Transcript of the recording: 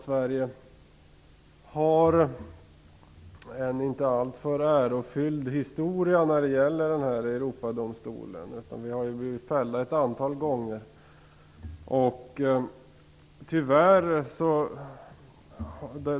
Sverige har en inte alltför ärofylld historia när det gäller Europadomstolen, utan vi har blivit fällda ett antal gånger.